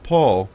Paul